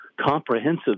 comprehensive